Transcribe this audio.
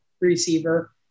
receiver